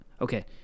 okay